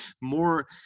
more